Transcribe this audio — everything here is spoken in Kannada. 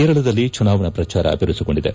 ಕೇರಳದಲ್ಲಿ ಚುನಾವಣಾ ಪ್ರಚಾರ ಬಿರುಸುಗೊಂಡಿದೆ